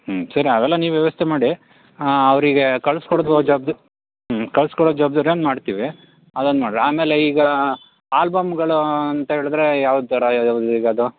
ಹ್ಞೂ ಸರಿ ಅವೆಲ್ಲ ನೀವು ವ್ಯವಸ್ಥೆ ಮಾಡಿ ಅವ್ರಿಗೆ ಕಳ್ಸಿ ಕೊಡೋದು ಜವಾಬ್ದ ಹ್ಞೂ ಕಳ್ಸಿ ಕೊಡೋ ಜವಾಬ್ದಾರಿ ಒಂದು ಮಾಡ್ತೀವಿ ಅದೊಂದು ಮಾಡುದು ಆಮೇಲೆ ಈಗ ಆಲ್ಬಮ್ಗಳು ಅಂತ ಹೇಳಿದ್ರೆ ಯಾವ ಥರ ಈಗ ಅದು